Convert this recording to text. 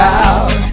out